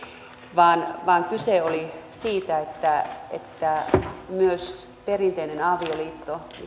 vaan vaan kyse oli siitä että perinteinen avioliitto